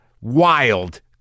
wild